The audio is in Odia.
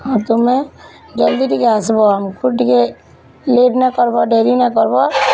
ହଁ ତୁମେ ଜଲ୍ଦି ଟିକେ ଆସବ ଆମ୍କୁ ଟିକେ ଲେଟ୍ ନାଇଁ କରବ ଡେରି ନାଇଁ କରବ